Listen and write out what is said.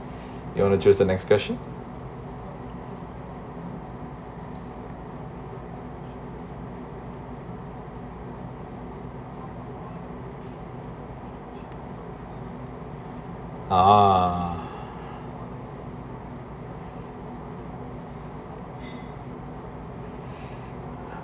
you want to choose the next question uh